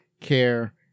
care